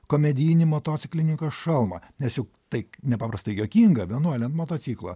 komedijinį motociklininko šalmą nes juk tai nepaprastai juokinga vienuolė ant motociklo